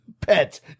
pets